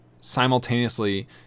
simultaneously